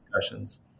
discussions